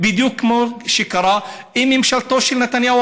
בדיוק כמו שקרה עם ממשלתו הקודמת של נתניהו: